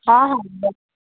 ହଁ ହଁ